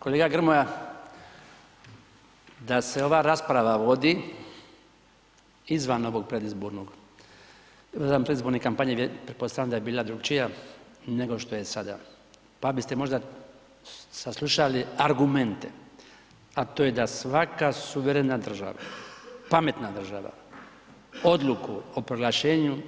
Kolega Grmoja, da se ova rasprava vodi izvan ovog predizbornog, izvan predizborne kampanje pretpostavljam da bi bila drukčija nego što je sada, pa biste možda saslušali argumente a to je da svaka suverena država, pametna država, odluku o proglašenju